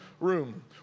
room